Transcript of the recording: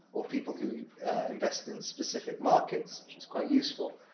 or people who invest in specific markets quite useful.